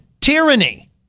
tyranny